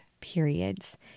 periods